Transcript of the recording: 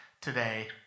today